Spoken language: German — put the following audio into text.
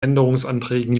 änderungsanträgen